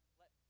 let